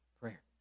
prayer